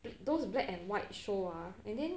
those black and white show ah and then